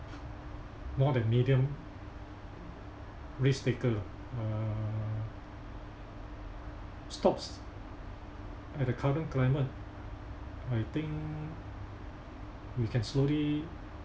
more than medium risk taker ah uh stocks at the current climate I think we can slowly